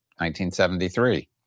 1973